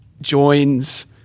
joins